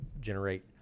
generate